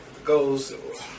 Goes